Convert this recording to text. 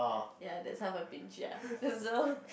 ya that's how I pinch ya so